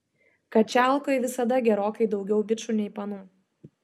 kačialkoj visada gerokai daugiau bičų nei panų